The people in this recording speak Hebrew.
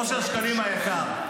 אושר שקלים היקר,